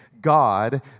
God